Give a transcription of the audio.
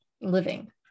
living